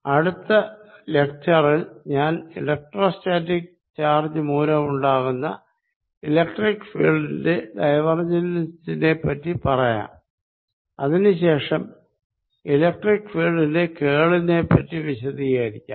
അടുത്ത പ്രസംഗത്തിൽ ഞാൻ ഇലക്ട്രോസ്റ്റാറ്റിക് ചാർജ് മൂലമുണ്ടാകുന്ന ഇലക്ട്രിക്ക് ഫീൽഡിന്റെ ഡൈവർജൻസിനെപ്പറ്റി പറയാം അതിനു ശേഷം ഇലക്ട്രിക്ക് ഫീൽഡിന്റെ കേൾ നെ പ്പറ്റി വിശദീകരിക്കാം